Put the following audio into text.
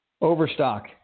Overstock